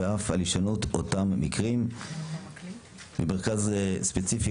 ועל אף הישנות אותם מקרים במרכז ספציפי